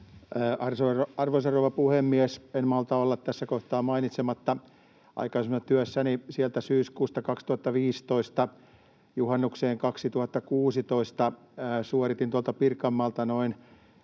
Arvoisa rouva puhemies! En malta olla tässä kohtaa mainitsematta, että aikaisemmassa työssäni sieltä syyskuusta 2015 juhannukseen 2016 suoritin tuolta Pirkanmaalta noin